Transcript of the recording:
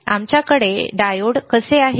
आमच्याकडे डायोड कसे आहे